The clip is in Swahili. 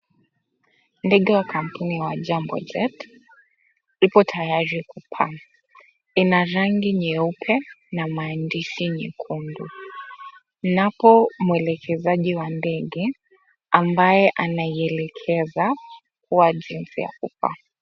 Ndege ya kampuni ya jambo jet ipo tayari kupaa, ina rangi nyeupe na maandishi nyekundu. Mnapo mwelekezaji wa ndege ambaye anayeielekeza kwa jinsi ya kupaa.